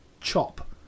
chop